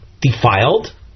defiled